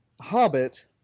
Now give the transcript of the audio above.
Hobbit